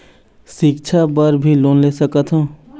सिक्छा बर भी लोन ले सकथों?